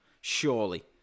surely